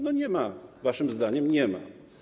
No nie ma, waszym zdaniem nie ma.